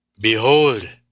Behold